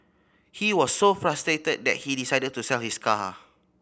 he was so frustrated that he decided to sell his car